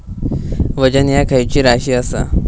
वजन ह्या खैची राशी असा?